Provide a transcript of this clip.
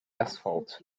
asphalt